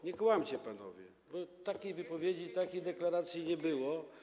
Nie kłamcie panowie, bo takiej wypowiedzi, takiej deklaracji nie było.